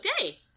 Okay